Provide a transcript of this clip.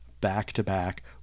back-to-back